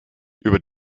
über